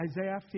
Isaiah